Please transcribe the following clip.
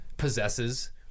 Possesses